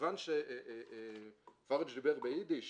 כיוון שפרג' דיבר באידיש